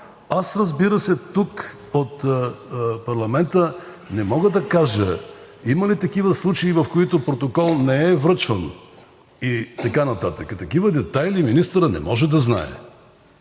Аз, разбира се, тук от парламента не мога да кажа има ли такива случаи, в които протокол не е връчван. Такива детайли министърът не може да знае.